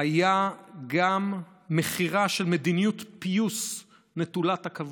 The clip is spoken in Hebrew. היה גם מחירה של מדיניות פיוס נטולת עכבות,